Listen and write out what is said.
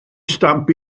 stamp